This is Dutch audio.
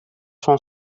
van